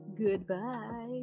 goodbye